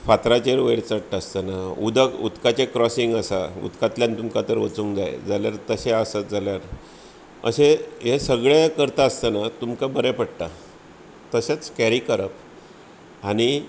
फातराचेर वयर चडटा आसताना उदक उदकाचें क्रॉसींग आसा उदकांतल्यान तुमकां तर वचूंक जाय जाल्यार तशें आसत जाल्यार अशें हें सगळें करता आसताना तुमकां बरें पडटा तसेंच कॅरी करप आनी